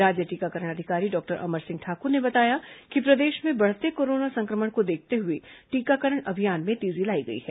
राज्य टीकाकरण अधिकारी डॉक्टर अमर सिंह ठाक्र ने बताया कि प्रदेश में बढ़ते कोरोना संक्रमण को देखते हुए टीकाकरण अभियान में तेजी लाई गई है